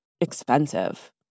expensive